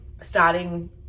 starting